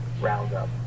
Roundup